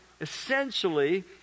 essentially